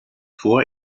vor